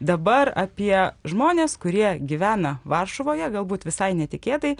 dabar apie žmones kurie gyvena varšuvoje galbūt visai netikėtai